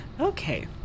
Okay